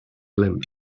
limb